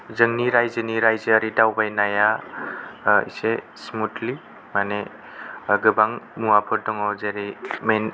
जोंनि रायजोनि रायजोआरि दावबायनाया ओ इसे स्मुथलि माने गोबां मुवाफोर दङ जेरै मै